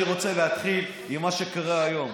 אני רוצה להתחיל עם מה שקרה היום.